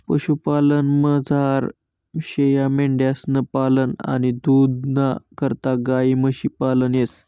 पशुपालनमझार शेयामेंढ्यांसनं पालन आणि दूधना करता गायी म्हशी पालन येस